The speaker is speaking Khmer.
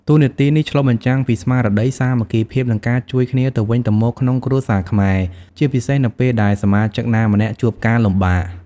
តួនាទីនេះឆ្លុះបញ្ចាំងពីស្មារតី សាមគ្គីភាព និងការជួយគ្នាទៅវិញទៅមកក្នុងគ្រួសារខ្មែរ ជាពិសេសនៅពេលដែលសមាជិកណាម្នាក់ជួបការលំបាក។